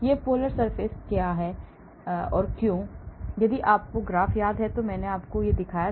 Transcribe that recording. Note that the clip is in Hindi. यह polar surface area क्यों यदि आपको ग्राफ़ याद है मैंने आपको एक बार दिखाया